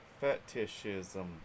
Fetishism